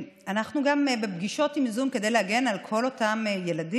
אנחנו גם בפגישות עם זום כדי להגן על כל אותם ילדים,